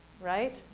right